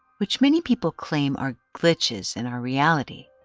which many people claim are glitches in our reality.